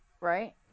Right